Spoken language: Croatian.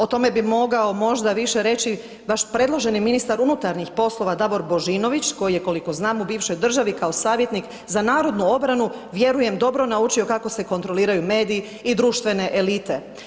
O tome bi mogao možda više reći vaš predloženi ministar unutarnjih poslova Davor Božinović koji je, koliko znam, u bivšoj državi, kao savjetnik za narodnu obranu vjerujem, dobro naučio kako se kontroliraju mediji i društvene elite.